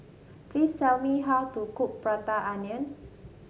please tell me how to cook Prata Onion